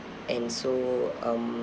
and so um